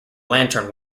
lantern